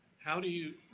how do you